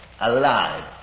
alive